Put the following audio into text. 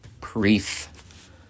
brief